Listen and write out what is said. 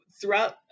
Throughout